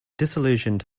disillusioned